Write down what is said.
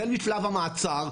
החל משלב המעצר,